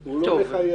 הוא לא מחייב.